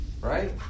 right